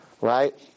right